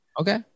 okay